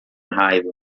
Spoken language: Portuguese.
raiva